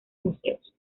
museos